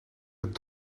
het